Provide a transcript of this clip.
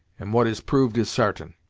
and what is proved is sartain.